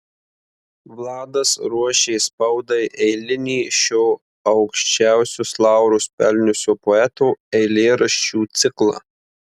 vladas ruošė spaudai eilinį šio aukščiausius laurus pelniusio poeto eilėraščių ciklą